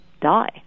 die